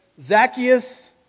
Zacchaeus